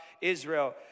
Israel